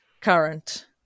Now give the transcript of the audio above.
current